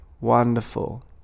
Wonderful